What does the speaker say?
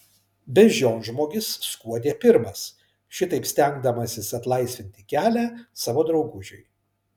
beždžionžmogis skuodė pirmas šitaip stengdamasis atlaisvinti kelią savo draugužiui